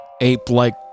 ape-like